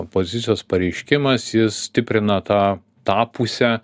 pozicijos pareiškimas jis stiprina tą tą pusę